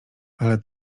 ale